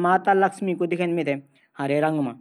मन शांत ह्वे जांदू।